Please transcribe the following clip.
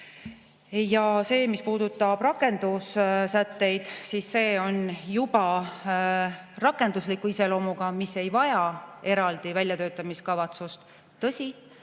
Mis puudutab rakendussätteid, siis see on juba rakendusliku iseloomuga, mis ei vaja eraldi väljatöötamiskavatsust. Tõsi,